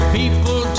people